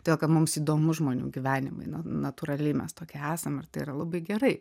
todėl kad mums įdomu žmonių gyvenimai natūraliai mes tokie esam ir tai yra labai gerai